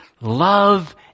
love